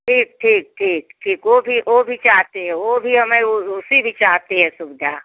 ठीक ठीक ठीक ठीक वह भी वह भी चाहते वह भी हमें वैसी भी चाहते है सुविधा